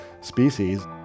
species